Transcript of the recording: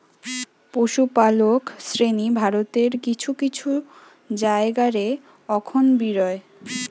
পশুপালক শ্রেণী ভারতের কিছু কিছু জায়গা রে অখন বি রয়